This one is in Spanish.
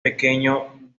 pequeño